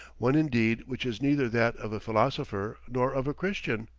one indeed which is neither that of a philosopher nor of a christian.